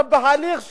אבל בהליך שהיה,